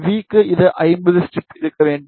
V க்கு இது 50 strip இருக்க வேண்டும்